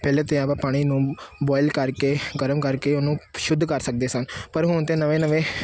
ਪਹਿਲੇ ਤਾਂ ਆਪਾਂ ਪਾਣੀ ਨੂੰ ਬੋਇਲ ਕਰਕੇ ਗਰਮ ਕਰਕੇ ਉਹਨੂੰ ਸ਼ੁੱਧ ਕਰ ਸਕਦੇ ਸਾਂ ਪਰ ਹੁਣ ਤਾਂ ਨਵੇਂ ਨਵੇਂ